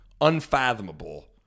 unfathomable